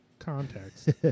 Context